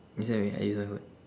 you send me I use my phone